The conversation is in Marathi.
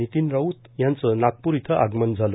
वितीन राऊत यांचं नागपूर इथं आगमन झालं